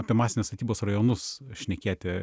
apie masinės statybos rajonus šnekėti